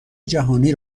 جهانی